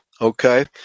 okay